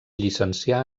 llicencià